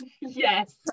Yes